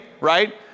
Right